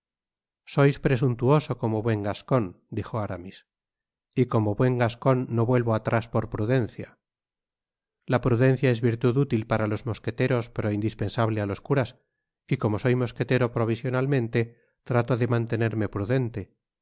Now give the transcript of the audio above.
sois presuntuoso como buen gascon dijo aramis y como buen gascon no vuelvo atrás por prudencia la prudencia es virtud inútil para los mosqueteros pero indispensable á los curas y como soy mosquetero provisionalmente trato de mantenerme prudente